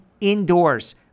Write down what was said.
indoors